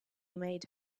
made